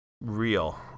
real